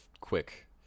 quick